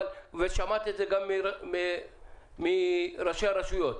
וגם שמעת את זה מראשי הרשויות.